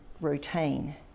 routine